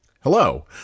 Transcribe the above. Hello